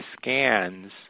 scans